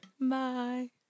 Bye